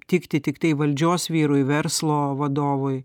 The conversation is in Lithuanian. tikti tiktai valdžios vyrui verslo vadovui